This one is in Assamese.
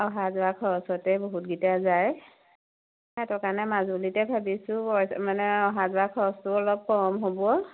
অহা যোৱা খৰচতে বহুতকেইটা যায় সেইটো কাৰণে মাজুলীতে ভাবিছোঁ মানে অহা যোৱা খৰচটো অলপ কম হ'ব